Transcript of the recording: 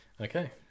Okay